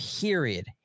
Period